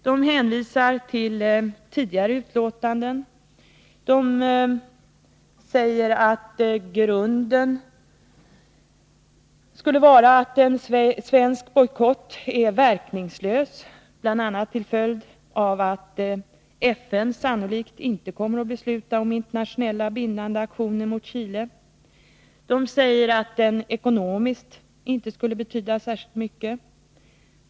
Man hänvisar till tidigare utlåtanden och säger att grunden skulle vara att en svensk bojkott är verkningslös, bl.a. till följd av att FN sannolikt inte kommer att besluta om internationella bindande aktioner mot Chile. Man säger att de ekonomiskt inte skulle betyda så värst mycket.